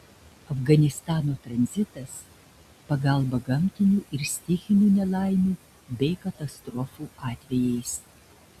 afganistano tranzitas pagalba gamtinių ir stichinių nelaimių bei katastrofų atvejais